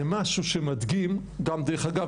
זה משהו שמדגים גם דרך אגב,